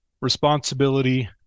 responsibility